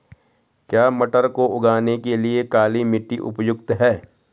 क्या मटर को उगाने के लिए काली मिट्टी उपयुक्त है?